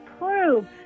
prove